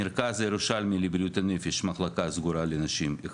מרכז ירושלמי לבריאות הנפש מחלקה סגורה לנשים אחת,